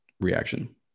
reaction